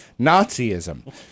Nazism